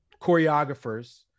choreographers